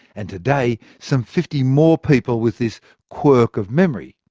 and today, some fifty more people with this quirk of memory